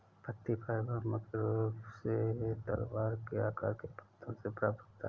पत्ती फाइबर मुख्य रूप से तलवार के आकार के पत्तों से प्राप्त होता है